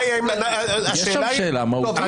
יש שם שאלה מהותית,